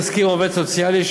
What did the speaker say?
תסקיר עובד סוציאלי),